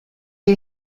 you